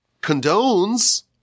condones